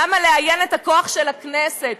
למה לאיין את הכוח של הכנסת?